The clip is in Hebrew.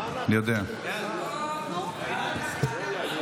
ההצעה להעביר